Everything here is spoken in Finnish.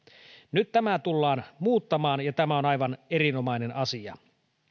nyt tämä tullaan muuttamaan ja tämä on aivan erinomainen asia